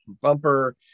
bumper